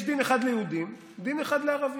יש דין אחד ליהודים, דין אחד לערבים.